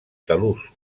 talús